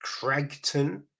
Cragton